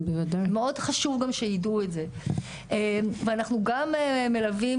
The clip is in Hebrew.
מאוד חשוב גם שיידעו את זה ואנחנו גם מלווים